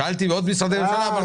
שאלת אם עוד משרדי ממשלה רוצים לדבר.